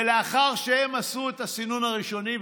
ולאחר שהן עשו את הסינון הראשוני,